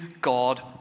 God